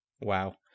Wow